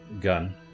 gun